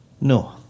no